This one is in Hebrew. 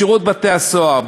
בשירות בתי-הסוהר,